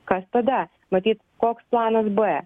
kas tada matyt koks planas b